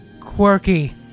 quirky